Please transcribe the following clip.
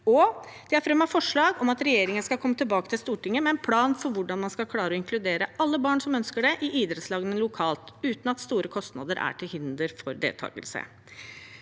også fremmet forslag om at regjeringen skal komme tilbake til Stortinget med en plan for hvordan man skal klare å inkludere alle barn som ønsker det, i idrettslagene lokalt, uten at store kostnader er til hinder for deltakelsen.